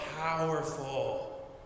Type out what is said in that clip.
powerful